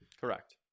Correct